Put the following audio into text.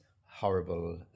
horrible